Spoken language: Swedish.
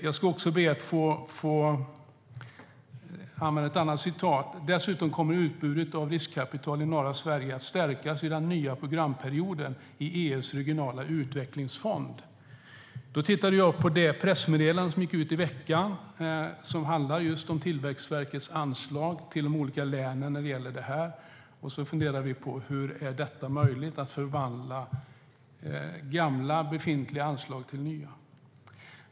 Ministern sa också: "Dessutom kommer utbudet av riskkapital i norra Sverige att stärkas i den nya programperioden med EU:s regionala utvecklingsfond." Jag tittade då på det pressmeddelande som gick ut i veckan om just Tillväxtverkets anslag till de olika länen när det gäller det här. Jag funderade på hur det är möjligt att förvandla gamla, befintliga anslag till nya.